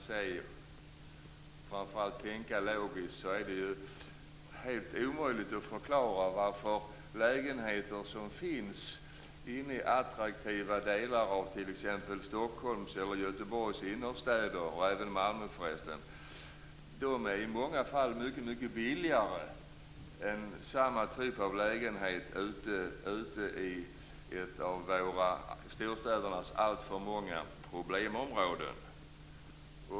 Det är för varje logiskt tänkande person helt omöjligt att inse varför lägenheter i attraktiva delar av t.ex. Stockholms, Göteborgs eller Malmös innerstäder i många fall är mycket billigare än samma typer av lägenheter i något av storstädernas alltför många problemområden.